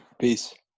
Peace